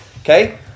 Okay